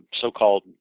so-called